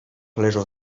leżą